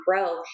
grow